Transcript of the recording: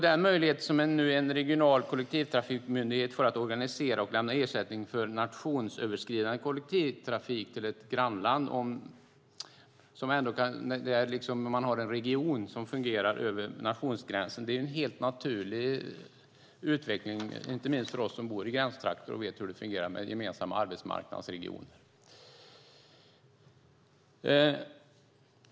Den möjlighet som en regional kollektivtrafikmyndighet får för att organisera och lämna ersättning för nationsöverskridande kollektivtrafik - kollektivtrafik till ett grannland i en region där det fungerar över nationsgränsen - är en helt naturlig utveckling, inte minst för oss som bor i gränstrakter och som vet hur det fungerar med en gemensam arbetsmarknadsregion.